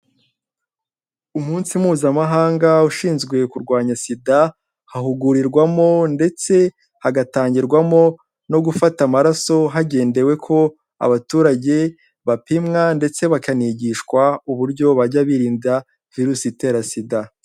Umunsi mpuzamahanga ushinzwe kurwanya sida, hahugurirwamo ndetse hagatangirwamo no gufata amaraso, hagendewe ko abaturage bapimwa ndetse bakanigishwa uburyo bajya birinda virusi itera sida.